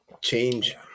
change